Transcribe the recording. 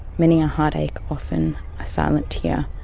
many a heartache, often a silent tear,